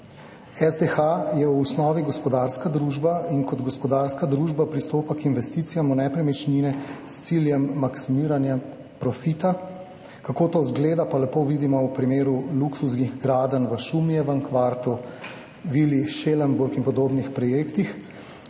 SDH je v osnovi gospodarska družba in kot gospodarska družba pristopa k investicijam v nepremičnine s ciljem maksimiranja profita. Kako to izgleda, pa lepo vidimo v primeru luksuznih gradenj v Šumijevem kvartu, vili Schellenburg in podobnih projektih.